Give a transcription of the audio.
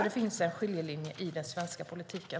Det finns en skiljelinje i den svenska politiken.